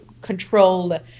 control